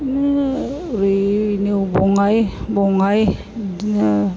बिदिनो ओरै निउ बङाइगाव बङाइगाव बिदिनो